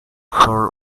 for